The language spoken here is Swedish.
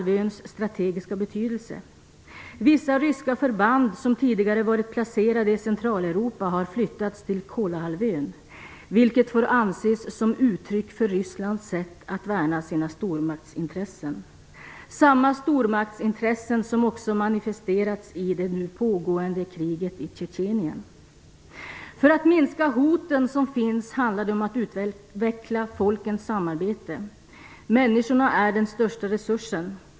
Vissa ryska förband, som tidigare varit placerade i Centraleuropa, har flyttats till Kolahalvön, vilket får anses som uttryck för Rysslands sätt att värna sina stormaktsintressen - samma stormaktsintressen som också manifesterats i det nu pågående kriget i Tjetjenien. För att minska hoten som finns handlar det om att utveckla folkens samarbete. Människorna är den största resursen.